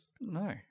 No